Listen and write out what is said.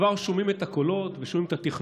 וכבר שומעים את הקולות ושומעים את התכנונים